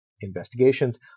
investigations